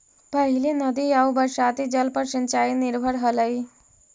पहिले नदी आउ बरसाती जल पर सिंचाई निर्भर हलई